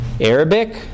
Arabic